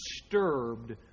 disturbed